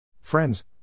Friends